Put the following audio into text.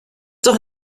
doch